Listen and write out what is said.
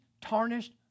tarnished